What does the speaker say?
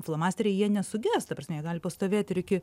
flamasteriai jie nesuges ta prasme gali pastovėti iki